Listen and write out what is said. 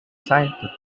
signed